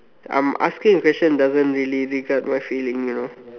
I'm asking a question doesn't really regard my feeling you know